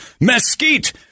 mesquite